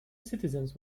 citizens